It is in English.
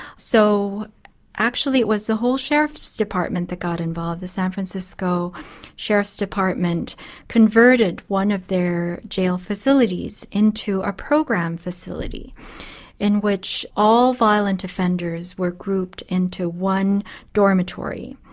so actually it was the whole sheriff's department that got involved the san francisco sheriff's department converted one of their jail facilities into a program facility in which all violent offenders were grouped into one dormitory.